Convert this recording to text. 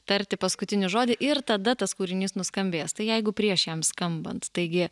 tarti paskutinį žodį ir tada tas kūrinys nuskambės tai jeigu prieš jam skambant taigi